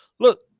Look